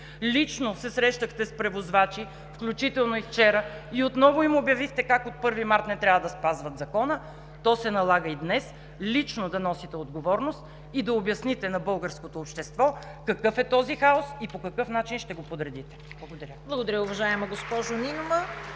лично се срещахте с превозвачи, включително и вчера и отново им обявихте как от 1 март не трябва да спазват Закона, то се налага и днес лично да носите отговорност и да обясните на българското общество какъв е този хаос и по какъв начин ще го подредите. Благодаря. (Ръкопляскания от „БСП